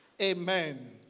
Amen